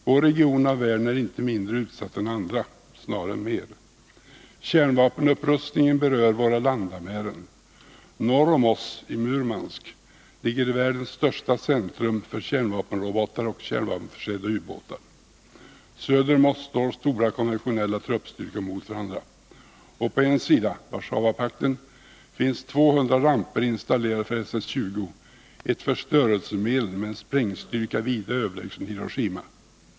Vår region av världen är icke mindre utsatt än andra, snarare mer. Kärnvapenupprustningen berör våra landamären. Norr om oss, i Murmansk, ligger världens största centrum för kärnvapenrobotar och kärnvapenförsedda ubåtar. Söder om oss står stora konventionella truppstyrkor mot varandra. Och på en sida, Warszawapakten, finns 200 ramper installerade för SS-20, ett förstörelsemedel med en sprängstyrka vida överlägsen Hiroshimabombens.